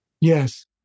Yes